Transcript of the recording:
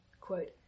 Quote